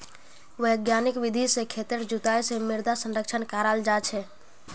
वैज्ञानिक विधि से खेतेर जुताई से मृदा संरक्षण कराल जा छे